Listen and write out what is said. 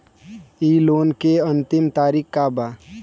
इ लोन के अन्तिम तारीख का बा?